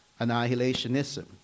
annihilationism